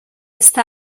está